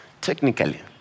technically